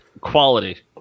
quality